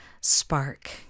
spark